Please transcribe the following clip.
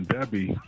Debbie